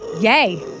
yay